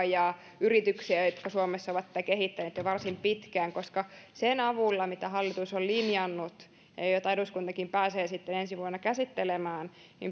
ja niitä yrityksiä jotka ovat suomessa sitä kehittäneet jo varsin pitkään sen avulla mitä hallitus on linjannut ja ja mitä eduskuntakin pääsee sitten ensi vuonna käsittelemään